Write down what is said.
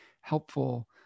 helpful